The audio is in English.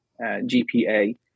GPA